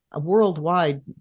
worldwide